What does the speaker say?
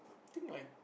think like